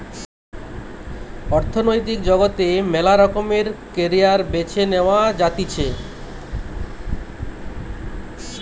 অর্থনৈতিক জগতে মেলা রকমের ক্যারিয়ার বেছে নেওয়া যাতিছে